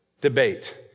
debate